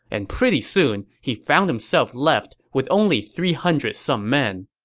and pretty soon, he found himself left with only three hundred some men.